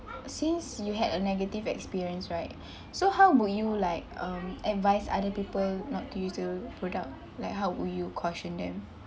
since you had a negative experience right so how would you like um advise other people not to use the product like how will you caution them